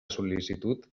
sol·licitud